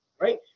right